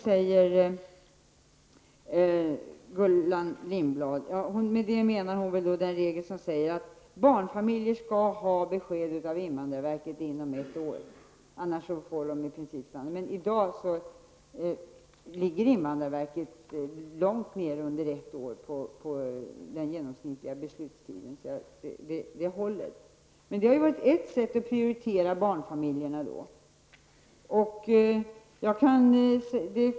frågar Gullan Lindblad. Med det menar hon väl den regel som säger att barnfamiljer skall ha besked av invandrarverket inom ett år och att de annars i princip får stanna. I dag ligger invandrarverket långt under ett år i genomsnittlig beslutstid. Detta har också varit ett sätt att prioritera barnfamiljerna.